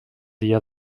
dia